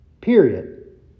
Period